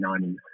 1990s